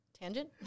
tangent